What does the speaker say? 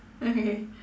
okay